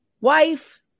wife